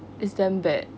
it's damn bad